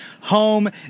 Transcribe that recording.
home